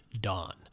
Dawn